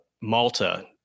Malta